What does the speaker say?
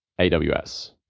AWS